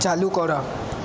চালু করা